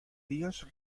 dios